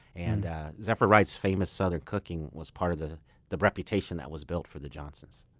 and ah zephyr wright's famous southern cooking was part of the the reputation that was built for the johnsons.